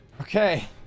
Okay